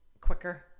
quicker